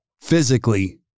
physically